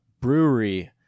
brewery